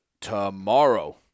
Tomorrow